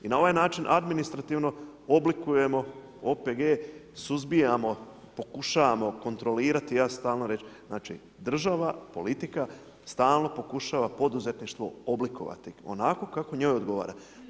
I na ovaj način administrativno oblikujemo OPG, suzbijamo, pokušavamo kontrolirati … Znači, država, politika stalno pokušava poduzetništvo oblikovati onako kako njoj odgovara.